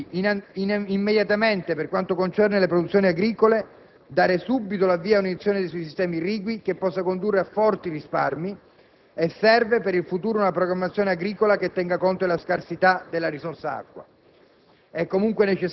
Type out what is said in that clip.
Occorre quindi, per quanto concerne le produzioni agricole, dare subito l'avvio ad un'azione sui sistemi irrigui che possa condurre a forti risparmi e serve, per il futuro, una programmazione agricola che tenga conto della scarsità della risorsa acqua.